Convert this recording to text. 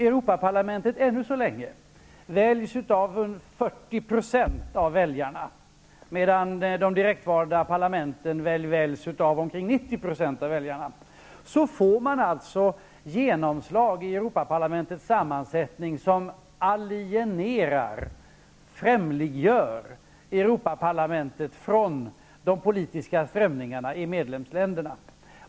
Europaparlamentet väljs än så länge av runt 40 % av väljarna, medan de direktvalda parlamenten väljs av omkring 90 % av väljarna. Därigenom får man ett genomslag i Europaparlamentets sammansättning som alienerar, främmandegör, Europaparlamentet i förhållande till de politiska strömningarna i medlemsländerna.